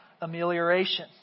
amelioration